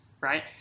right